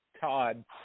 Todd